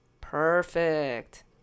Perfect